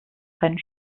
keinen